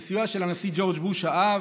מסיוע של הנשיא ג'ורג' בוש האב,